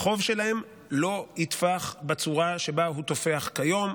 החוב שלהם לא יתפח בצורה שבה הוא תופח כיום,